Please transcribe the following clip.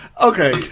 okay